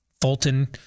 Fulton